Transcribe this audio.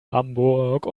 hamburg